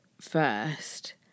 first